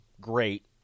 great